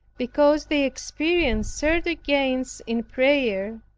because they experience certain gains in prayer,